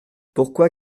pourquoi